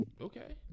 okay